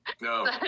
No